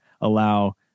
allow